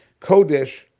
Kodesh